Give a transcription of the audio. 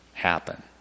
happen